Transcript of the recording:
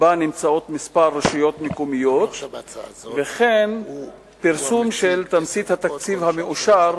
שבה נמצאות כמה רשויות מקומיות וכן פרסום של תמצית התקציב המאושר